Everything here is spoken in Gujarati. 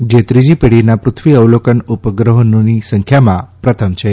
જે ત્રીજી પેઢીના પૃથ્વી અવલોકન ઉપગ્રહોની સંખ્યામાં પ્રથમ છે